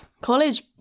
College